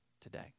today